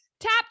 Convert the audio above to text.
Tap